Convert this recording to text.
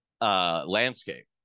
Landscape